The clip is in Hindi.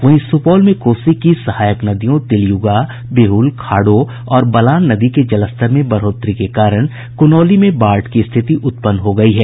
इधर सुपौल में कोसी की सहायक नदियों तिलयुगा बिहुल खाडो और बलान नदी के जलस्तर में बढ़ोतरी के कारण कुनौली में बाढ़ की स्थिति उत्पन्न हो गयी है